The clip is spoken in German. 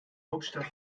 hauptstadt